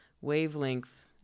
wavelength